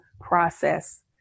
process